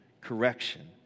correction